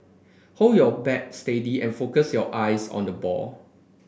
hold your bat steady and focus your eyes on the ball